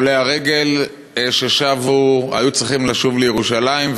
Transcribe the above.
עולי הרגל שהיו צריכים לשוב לירושלים,